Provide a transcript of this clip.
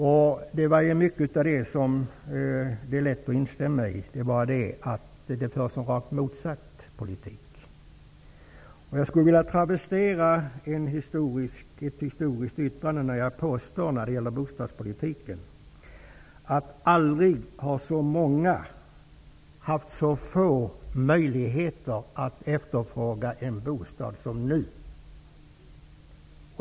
Det är lätt att instämma i mycket av det han sade. Det är bara det att det förs en rakt motsatt politik. Jag skulle vilja travestera ett historiskt yttrande, när jag om bostadspolitiken påstår, att aldrig har så många haft så få möjligheter att efterfråga en bostad som nu.